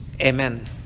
Amen